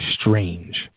strange